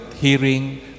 hearing